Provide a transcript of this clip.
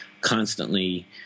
constantly